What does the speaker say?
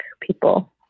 people